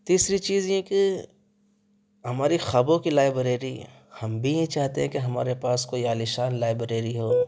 تیسری چیز یہ کہ ہماری خوابوں کی لائبریری ہم بھی یہ چاہتے ہے کہ ہمارے پاس کوئی عالیشان لائبریری ہو